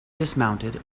dismounted